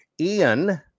Ian